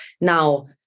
Now